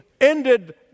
ended